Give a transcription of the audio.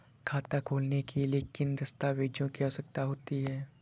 खाता खोलने के लिए किन दस्तावेजों की आवश्यकता होती है?